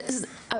בלשון המעטה.